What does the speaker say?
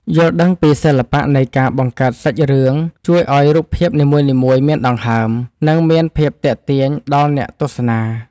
យល់ដឹងពីសិល្បៈនៃការបង្កើតសាច់រឿងជួយឱ្យរូបភាពនីមួយៗមានដង្ហើម និង មានភាពទាក់ទាញដល់អ្នកទស្សនា។